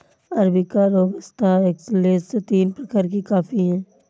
arabica robusta excelsa तीन प्रकार के कॉफी हैं